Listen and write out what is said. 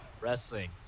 wrestling